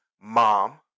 mom